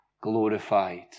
glorified